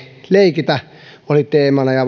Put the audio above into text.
leikitä se oli teemana ja